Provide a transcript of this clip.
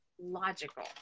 logical